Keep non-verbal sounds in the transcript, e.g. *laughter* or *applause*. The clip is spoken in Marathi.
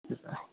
*unintelligible*